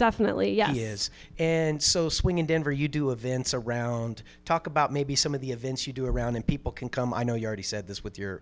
definitely is and so swing in denver you do events around talk about maybe some of the events you do around and people can come i know you already said this with your